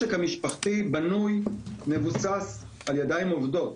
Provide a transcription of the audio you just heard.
המשק המשפחתי בנוי ומבוסס על ידיים עובדות,